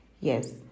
Yes